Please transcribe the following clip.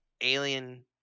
Alien